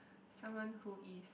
someone who is